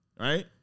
Right